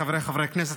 חבריי חברי הכנסת,